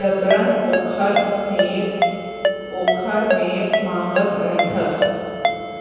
जबरन ओखर मेर ओखर मेर मांगत रहिथस